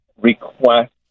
request